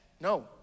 No